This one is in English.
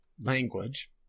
language